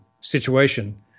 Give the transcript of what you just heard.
situation